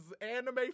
Anime